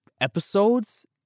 episodes